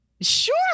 Sure